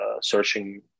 searching